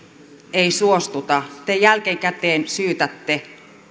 ei suostuta te jälkikäteen syytätte